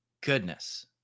Goodness